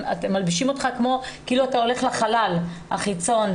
מלבישים אותך כאילו אתה הולך לחלל החיצון.